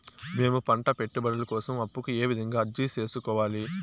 మేము పంట పెట్టుబడుల కోసం అప్పు కు ఏ విధంగా అర్జీ సేసుకోవాలి?